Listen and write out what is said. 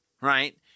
Right